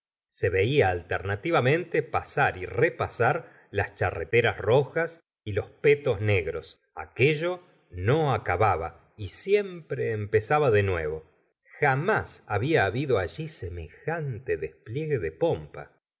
se veía alternativamente pasar y repasar las charreteras rojas y los petos negros aquello no acababa y siempre empezaba de nuevo jamás había habido allí semejante despliegue de pompa